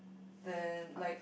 then like